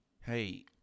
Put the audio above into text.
hey